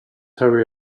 hurry